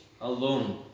alone